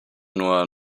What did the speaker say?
nur